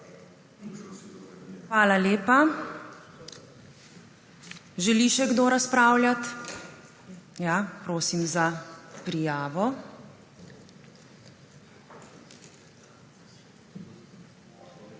Hvala lepa. Želi še kdo razpravljat? Ja. Prosim za prijavo. Gospod